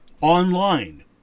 online